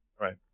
Right